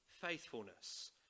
faithfulness